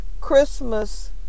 Christmas